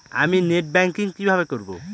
আমি net banking কিভাবে করব?